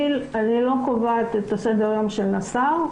אני לא קובעת את סדר היום של השר.